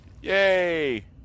Yay